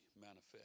manifest